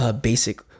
basic